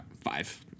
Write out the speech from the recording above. five